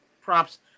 props